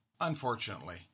unfortunately